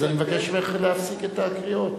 אז אני מבקש ממך להפסיק את הקריאות.